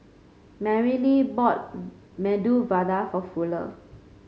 Marylee bought Medu Vada for Fuller